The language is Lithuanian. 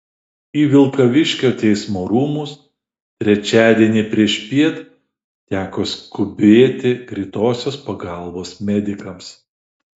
į vilkaviškio teismo rūmus trečiadienį priešpiet teko skubėti greitosios pagalbos medikams